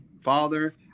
father